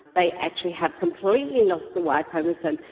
they actually have completely lost the y chromosome,